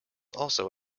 also